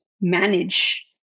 manage